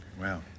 Wow